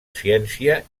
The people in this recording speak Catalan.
ciència